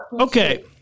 Okay